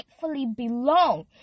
belong